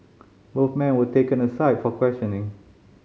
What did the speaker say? both men were taken aside for questioning